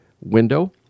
window